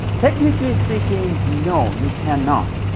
technically speaking, no. you cannot!